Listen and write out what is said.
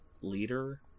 leader